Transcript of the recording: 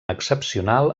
excepcional